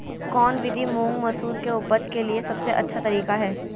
कौन विधि मुंग, मसूर के उपज के लिए सबसे अच्छा तरीका है?